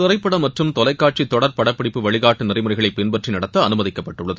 திரைப்பட மற்றும் தொலைக்காட்சி தொடர் படப்பிடிப்பு வழிகாட்டு நெறிமுறைகளை பின்பற்றி நடத்த அமுதிக்கப்பட்டுள்ளது